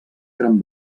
gran